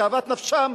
כאוות נפשם,